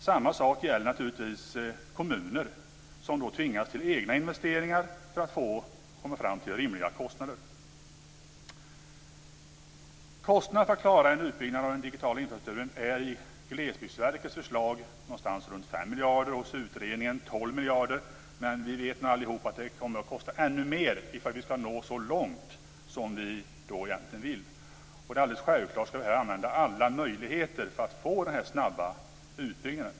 Samma sak gäller naturligtvis kommuner som då tvingas till egna investeringar för att få rimliga kostnader. Kostnaderna för att klara en utbyggnad av den digitala infrastrukturen är i Glesbygdsverkets förslag ca 5 miljarder och hos utredningen 12 miljarder. Men vi vet nu alla att det kommer att kosta ännu mer om vi skall nå så långt som vi egentligen vill. Självklart skall vi använda alla möjligheter för att få denna snabba utbyggnad.